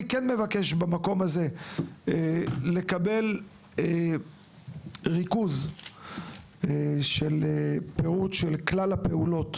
אני מבקש לקבל ריכוז ופירוט של כלל הפעולות